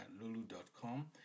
lulu.com